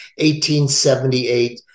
1878